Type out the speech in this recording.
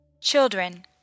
children